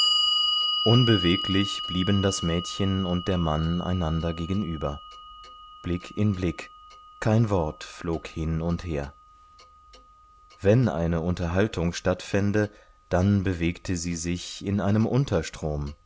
unbeweglich blieben das mädchen und der mann einander gegenüber blick in blick kein wort flog hin und her wenn eine unterhaltung stattfände dann bewegte sie sich in einem unterstrom